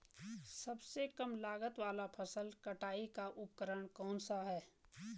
सबसे कम लागत वाला फसल कटाई का उपकरण कौन सा है?